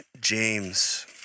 James